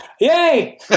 Yay